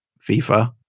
FIFA